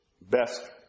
best